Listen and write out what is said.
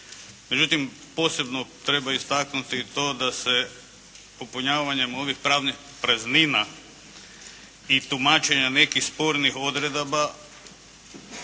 međutim posebno treba istaknuti to da se popunjavanjem ovih pravnih praznina i tumačenja nekih spornih odredaba